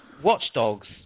Watchdogs